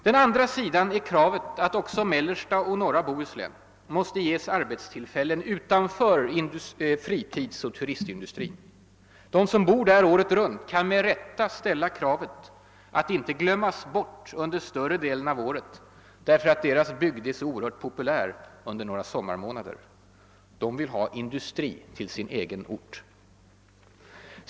Den andra sidan är kravet, att också mellersta och norra Bohuslän måste ges arbetstillfällen utanför fritidsoch turistindustrin. De människor som bor där året runt kan med rätta ställa kravet att inte bli bortglömda under större delen av året därför att deras bygd är så oerhört populär under några sommarmånader. De vill ha industrier till sin egen ort.